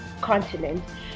continent